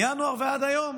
מינואר ועד היום